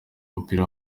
w’umupira